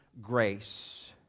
grace